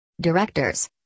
Directors